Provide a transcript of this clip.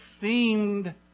seemed